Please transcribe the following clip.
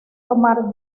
tomar